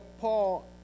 Paul